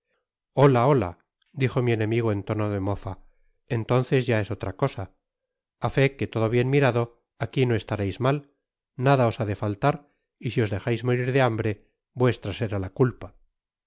hola hola dijo mi enemigo en tono de mofa entonces ya es otra cosa a fe que todo bien mirado aqui no estareis mal nada os ha de faltar y si os dejais morir de hambre vuestra será la culpa